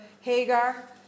Hagar